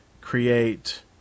create